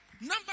Number